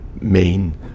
main